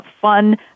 fun